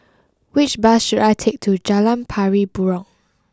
which bus should I take to Jalan Pari Burong